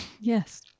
Yes